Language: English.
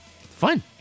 fun